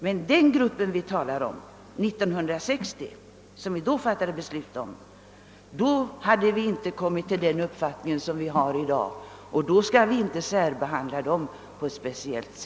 Men den grupp vi talar om och som vi fattade beslut om 1960, då vi inte hade den uppfattning som vi har i dag, skall inte särbehandlas och stå i strykklass.